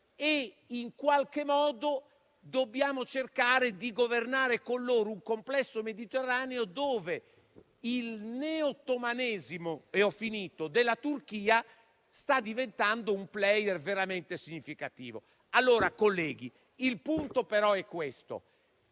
e, in qualche modo, dobbiamo cercare di governare con loro un complesso Mediterraneo, dove il neo-ottomanesimo della Turchia sta diventando un *player* veramente significativo. Allora, colleghi,